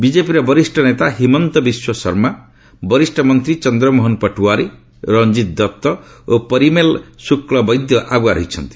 ବିଜେପିର ବରିଷ୍ଣ ନେତା ହିମନ୍ତ ବିଶ୍ୱଶର୍ମା ବରିଷ୍ଣ ମନ୍ତ୍ରୀ ଚନ୍ଦ୍ରମୋହନ ପଟୱାରୀ ରଞ୍ଜିତ ଦତ୍ତ ଓ ପରିମଲ ଶୁକ୍ଲବୈଦ୍ୟ ଆଗୁଆ ରହିଛନ୍ତି